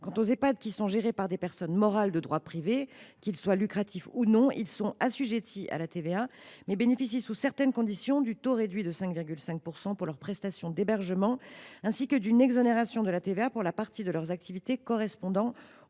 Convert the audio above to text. Quant aux Ehpad gérés par des personnes morales de droit privé, qu’ils soient ou non à but lucratif, ils sont assujettis à la TVA, mais bénéficient, sous certaines conditions, du taux réduit de 5,5 % pour leurs prestations d’hébergement ainsi que d’une exonération de la TVA pour la partie de leur activité correspondant aux